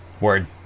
Word